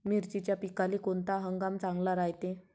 मिर्चीच्या पिकाले कोनता हंगाम चांगला रायते?